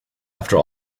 after